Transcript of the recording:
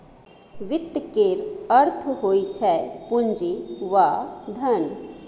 वित्त केर अर्थ होइ छै पुंजी वा धन